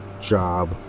job